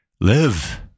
Live